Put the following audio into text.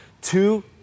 two